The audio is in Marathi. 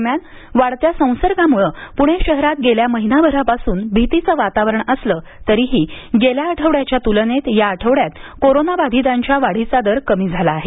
दरम्यान वाढत्या संसर्गामुळे पुणे शहरात गेल्या महिनाभरापासून भीतीचं वातावरण असलं तरीही गेल्या आठवड्याच्या तुलनेत या आठवड्यात करोनाबाधितांच्या वाढीचा दर कमी झाला आहे